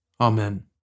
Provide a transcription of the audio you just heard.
Amen